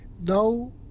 no